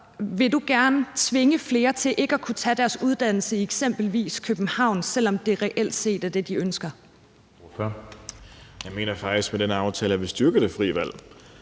vil du gerne tvinge flere til ikke at kunne tage deres uddannelse i eksempelvis København, selv om det reelt set er det, de ønsker? Kl. 17:23 Anden næstformand